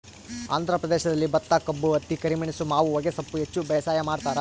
ಆಂಧ್ರ ಪ್ರದೇಶದಲ್ಲಿ ಭತ್ತಕಬ್ಬು ಹತ್ತಿ ಕರಿಮೆಣಸು ಮಾವು ಹೊಗೆಸೊಪ್ಪು ಹೆಚ್ಚು ಬೇಸಾಯ ಮಾಡ್ತಾರ